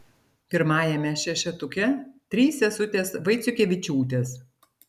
pirmajame šešetuke trys sesutės vaiciukevičiūtės